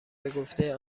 بگفته